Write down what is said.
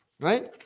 Right